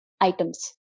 items